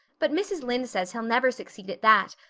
but mrs. lynde says he'll never succeed at that,